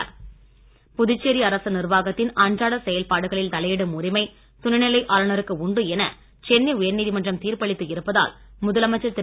புதுச்சேரி அரசு நிர்வாகத்தின் அன்றாட செயல்பாடுகளில் தலையிடும் உரிமை துணைநிலை ஆளுநருக்கு உண்டு என சென்னை உயர்நீதிமன்றம் தீர்ப்பளித்து இருப்பதால் முதலமைச்சர் திரு